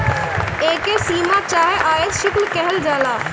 एके सीमा चाहे आयात शुल्क कहल जाला